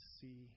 see